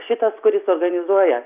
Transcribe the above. šitas kuris organizuoja